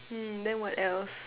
hmm then what else